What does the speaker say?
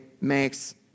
makes